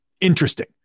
interesting